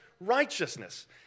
righteousness